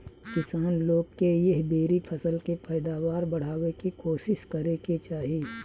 किसान लोग के एह बेरी फसल के पैदावार बढ़ावे के कोशिस करे के चाही